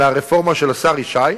מהרפורמה של השר ישי,